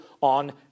on